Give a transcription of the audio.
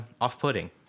off-putting